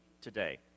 today